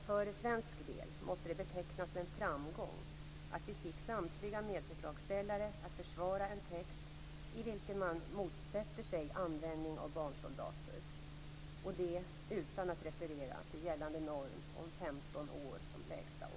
För svensk del måste det betecknas som en framgång att vi fick samtliga medförslagsställare att försvara en text i vilken man motsätter sig användning av barnsoldater, och det utan att referera till gällande norm om 15 år som lägsta åldersgräns.